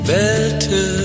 Better